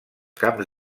camps